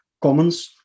Commons